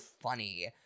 funny